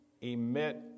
emit